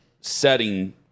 setting